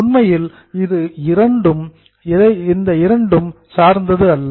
உண்மையில் இது இந்த இரண்டுக்கும் சார்ந்தது இல்லை